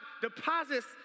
deposits